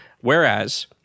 Whereas